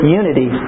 unity